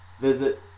Visit